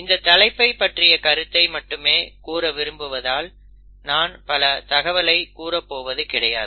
இந்த தலைப்பை பற்றிய கருத்தை மட்டுமே கூற விரும்புவதால் நான் பல தகவலை கூறப் போவது கிடையாது